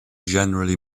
generally